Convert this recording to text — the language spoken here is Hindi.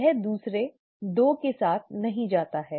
यह दूसरे 2 के साथ नहीं जाता है